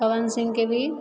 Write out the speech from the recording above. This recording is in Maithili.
पवन सिंहके भी